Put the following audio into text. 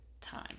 time